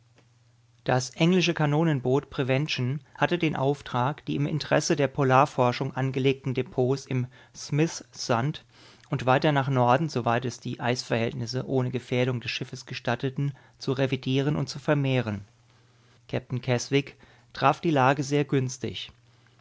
das englische kanonenboot prevention hatte den auftrag die im interesse der polarforschung angelegten depots im smith sund und weiter nach norden soweit es die eisverhältnisse ohne gefährdung des schiffes gestatteten zu revidieren und zu vermehren kapitän keswick traf die lage sehr günstig